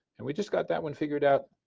and we just got that one figured out